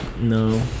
No